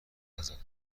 ازت